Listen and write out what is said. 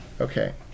Okay